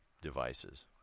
devices